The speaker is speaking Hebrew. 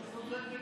אינה נוכחת,